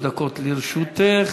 שלוש דקות לרשותך.